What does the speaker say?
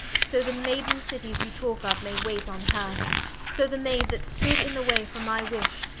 so the maiden cities you talke of, may wait on her so the maid that stood in the way for my wish,